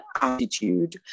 attitude